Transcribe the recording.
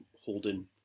holding